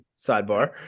sidebar